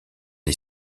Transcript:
est